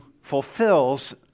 fulfills